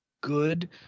good